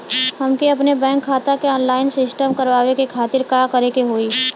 हमके अपने बैंक खाता के ऑनलाइन सिस्टम करवावे के खातिर का करे के होई?